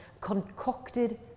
concocted